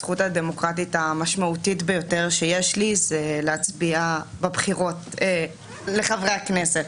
הזכות הדמוקרטית המשמעותית ביותר שיש לי זה להצביע בבחירות לחברי הכנסת.